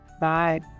Bye